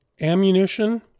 ammunition